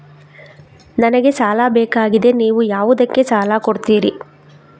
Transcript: ನನಗೆ ಸಾಲ ಬೇಕಾಗಿದೆ, ನೀವು ಯಾವುದಕ್ಕೆ ಸಾಲ ಕೊಡ್ತೀರಿ?